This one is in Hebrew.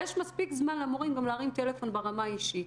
ויש מספיק זמן למורים גם להרים טלפון ברמה האישית,